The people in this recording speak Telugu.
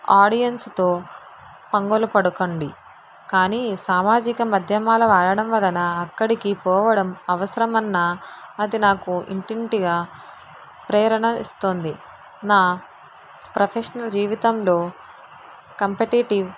ఆడియన్స్తో పంగలు పడకండి కానీ సామాజిక మద్యమాల వాడడం వలన అక్కడికి పోవడం అవసరం అన్న అది నాకు ఇంటింటికి ప్రేరణ ఇస్తుంది నా ప్రొఫెషనల్ జీవితంలో కంపిటీటివ్